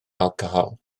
alcohol